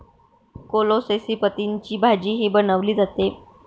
कोलोसेसी पतींची भाजीही बनवली जाते